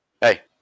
hey